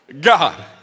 God